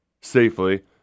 safely